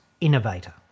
innovator